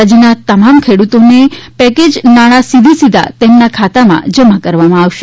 રાજયના તમામ ખેડૂતોને પેકેજ નાણા સીધેસીધા તેમના ખાતામાં જમા કરવામાં આવશે